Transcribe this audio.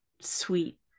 sweet